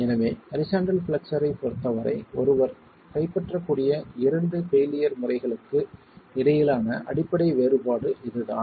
எனவே horizontal flexure ஐப் பொருத்தவரை ஒருவர் கைப்பற்றக்கூடிய இரண்டு பெயிலியர் முறைகளுக்கு இடையிலான அடிப்படை வேறுபாடு இதுதான்